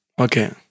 Okay